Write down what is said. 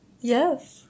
Yes